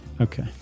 Okay